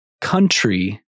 Country